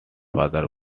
father